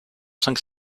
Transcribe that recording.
cinq